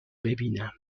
ببینم